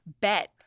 bet